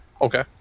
Okay